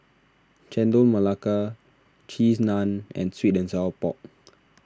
Chendol Melaka Cheese Naan and Sweet and Sour Pork